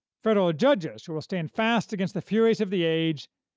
federal judges who will stand fast against the furies of the age,